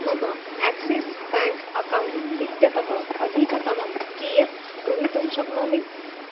मम Axis bank account इत्यतः अधिकतमं कियत् ग्रहीतुं शक्नोमि